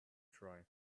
try